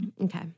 Okay